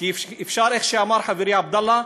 איך שאמר חברי עבדאללה,